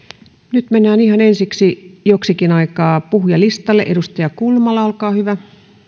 nyt mennään ihan ensiksi joksikin aikaa puhujalistalle edustaja kulmala olkaa hyvä